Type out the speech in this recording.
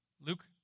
Luke